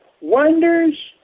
wonders